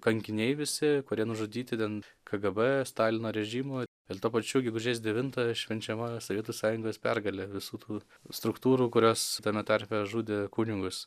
kankiniai visi kurie nužudyti ten kgb stalino režimo ir tuo pačiu gegužės devintąją švenčiama sovietų sąjungos pergalė visų tų struktūrų kurios tame tarpe žudė kunigus